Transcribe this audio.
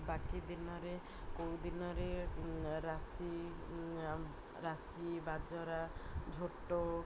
ବାକି ଦିନରେ କେଉଁ ଦିନରେ ରାଶି ରାଶି ବାଜରା ଝୋଟ